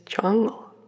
jungle